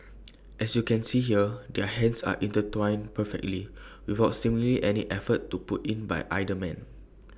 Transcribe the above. as you can see here their hands are intertwined perfectly without seemingly any effort to put in by either man